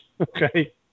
Okay